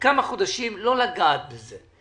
כמה חודשים לא לגעת בזה.